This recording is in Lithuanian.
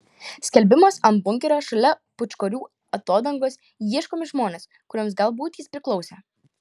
skelbimas ant bunkerio šalia pūčkorių atodangos ieškomi žmonės kuriems galbūt jis priklausė